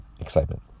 excitement